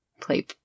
play